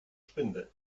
spinde